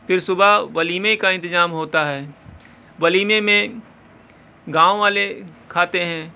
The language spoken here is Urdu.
پھر صبح ولیمے کا انتظام ہوتا ہے ولیمے میں گاؤں والے کھاتے ہیں